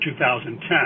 2010